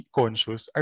conscious